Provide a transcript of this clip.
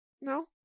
No